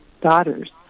daughters